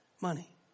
money